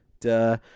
Duh